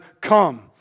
come